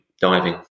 diving